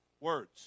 words